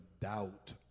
doubt